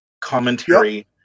commentary